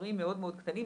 במספרים מאוד מאוד קטנים.